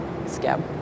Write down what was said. scam